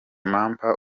mampa